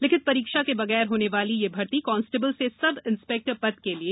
लिखित परीक्षा के बगैर होने वाली यह भर्ती कांस्टेबल से लेकर सब इंस्पेक्टर पद के लिए होगी